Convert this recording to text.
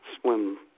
swim